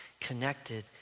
connected